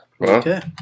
Okay